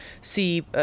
see